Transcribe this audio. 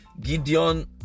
Gideon